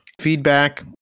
Feedback